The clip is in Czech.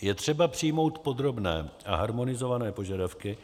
Je třeba přijmout podrobné a harmonizované požadavky,